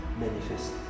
manifest